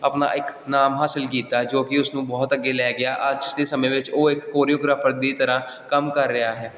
ਆਪਣਾ ਇੱਕ ਨਾਮ ਹਾਸਿਲ ਕੀਤਾ ਹੈ ਜੋ ਕਿ ਉਸ ਨੂੰ ਬਹੁਤ ਅੱਗੇ ਲੈ ਗਿਆ ਅੱਜ ਦੇ ਸਮੇਂ ਵਿੱਚ ਉਹ ਇੱਕ ਕੋਰੀਓਗ੍ਰਾਫਰ ਦੀ ਤਰ੍ਹਾਂ ਕੰਮ ਕਰ ਰਿਹਾ ਹੈ